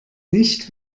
nicht